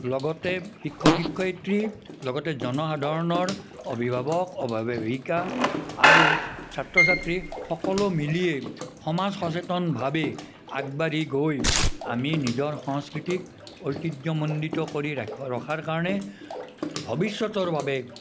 লগতে শিক্ষক শিক্ষয়িত্ৰী লগতে জনসাধাৰণৰ অভিভাৱক অভিভাৱিকা আৰু ছাত্ৰ ছাত্ৰীৰ সকলো মিলিয়ে সমাজ সচেতনভাৱে আগবাঢ়ি গৈ আমি নিজৰ সংস্কৃতিক ঐতিহ্য মণ্ডিত কৰি ৰাখিব ৰখাৰ কাৰণে ভৱিষ্যতৰ বাবে